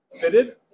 fitted